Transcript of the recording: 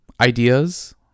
ideas